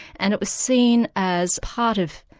and it was seen as part of,